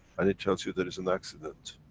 and it tells you, there is an accident,